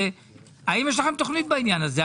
האם יש לכם תוכנית בעניין הזה?